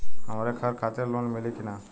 हमरे घर खातिर लोन मिली की ना?